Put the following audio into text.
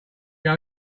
that